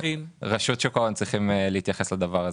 רשות שוק ההון צריכים להתייחס לדבר הזה,